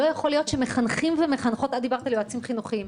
את דיברת על יועצים חינוכיים.